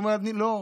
הוא אומר: אני לא,